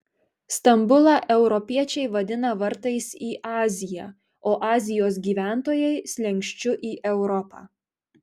stambulą europiečiai vadina vartais į aziją o azijos gyventojai slenksčiu į europą